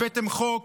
הבאתם חוק,